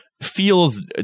feels